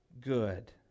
good